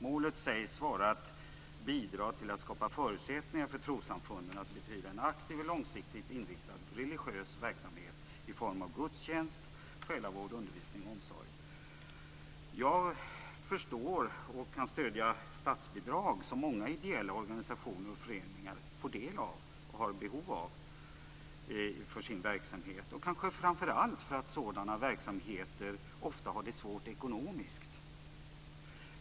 Målet sägs vara att bidra till att skapa förutsättningar för trossamfunden att bedriva en aktiv och långsiktigt inriktad religiös verksamhet i form av gudstjänst, själavård, undervisning och omsorg. Jag förstår och kan stödja statsbidrag som många ideella organisationer och föreningar får del av och har behov av för sin verksamhet, kanske framför allt för att sådana verksamheter ofta har det svårt ekonomiskt.